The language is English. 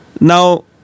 Now